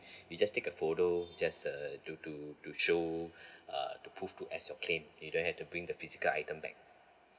you just take a photo just uh to to to show uh to prove to as your claim you don't have to bring the physical item back